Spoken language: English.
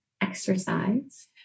Exercise